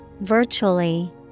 Virtually